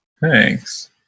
thanks